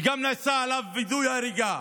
וגם נעשה בו וידוא הריגה.